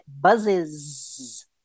buzzes